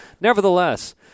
Nevertheless